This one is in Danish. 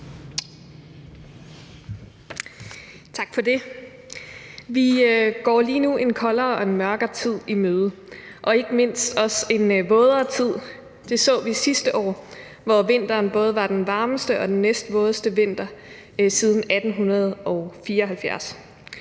Tak for det. Vi går lige nu en koldere og mørkere tid i møde, ikke mindst også en vådere tid. Det så vi sidste år, hvor vinteren både var den varmeste og den næstvådeste vinter siden 1874.